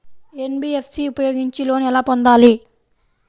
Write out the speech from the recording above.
NBFC ఉపయోగించి loan ఎలా పొందాలి?